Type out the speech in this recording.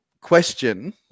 question